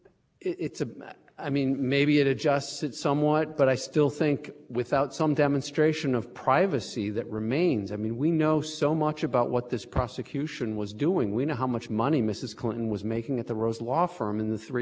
somewhat but i still think without some demonstration of privacy that remains i mean we know so much about what this prosecution was doing we know how much money mrs clinton was making at the rose law firm in the three years in which that were in question that that fits